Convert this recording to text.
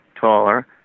taller